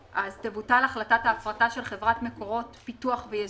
אז תבוטל החלטת ההפרטה של חברת מקורות פיתוח וייזום.